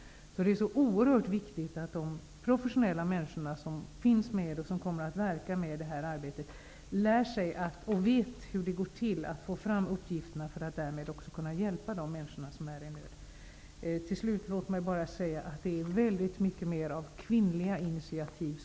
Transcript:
Det är så oerhört viktigt att de professionella människor som arbetar med detta lär sig och vet hur det går till att få fram uppgifterna för att därmed också kunna hjälpa de människor som är i nöd. Låt mig till slut bara säga att det behövs mycket mera av kvinnliga initiativ.